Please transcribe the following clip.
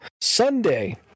sunday